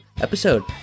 episode